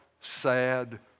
sad